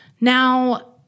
Now